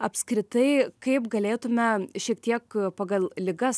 apskritai kaip galėtume šiek tiek pagal ligas